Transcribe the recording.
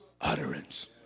utterance